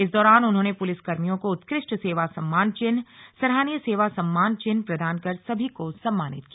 इस दौरान उन्होंने पुलिस कर्मियों को उत्कृष्ट सेवा सम्मान चिन्ह सराहनीय सेवा सम्मान चिन्ह प्रदान कर सभी को सम्मानित किया